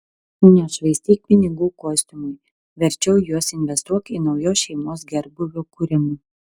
nešvaistyk pinigų kostiumui verčiau juos investuok į naujos šeimos gerbūvio kūrimą